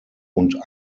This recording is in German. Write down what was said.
und